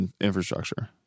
infrastructure